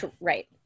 Right